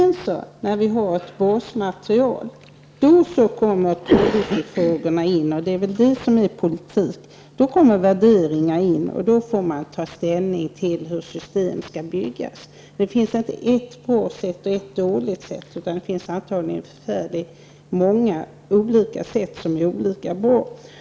När vi sedan har ett basmaterial kommer principfrågorna in, och det är väl det som är politik. Då blir det en fråga om värderingar och då får man ta ställning till hur systemet skall byggas. Det finns inte ett bra sätt och ett dåligt sätt, utan det finns antagligen många olika sätt som är olika bra.